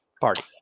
party